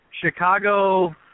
Chicago